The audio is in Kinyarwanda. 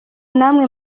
namwe